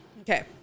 Okay